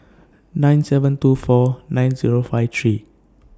nine seven two four nine Zero five three